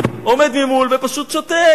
עומד ממול ופשוט שותק,